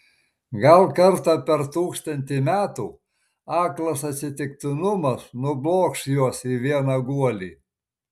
gal kartą per tūkstantį metų aklas atsitiktinumas nublokš juos į vieną guolį